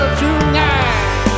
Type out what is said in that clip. tonight